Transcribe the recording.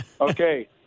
Okay